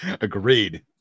Agreed